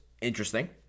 interesting